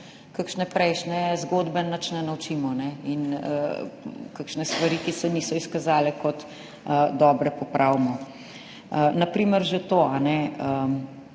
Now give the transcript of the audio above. kakšne prejšnje zgodbe nič ne naučimo in kakšnih stvari, ki se niso izkazale kot dobre, ne popravimo. Na primer že to,